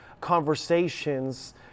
conversations